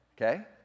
okay